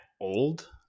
old